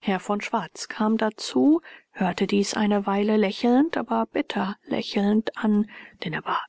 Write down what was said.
herr von schwarz kam dazu hörte dies eine weile lächelnd aber bitter lächelnd an denn er war